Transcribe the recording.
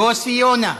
יוסי יונה,